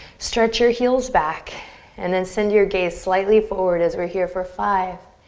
stretch your heels back and then send your gaze slightly forward as we're here for five.